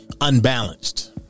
Unbalanced